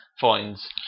finds